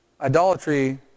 idolatry